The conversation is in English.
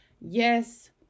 yes